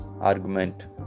argument